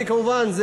כמובן,